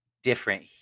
different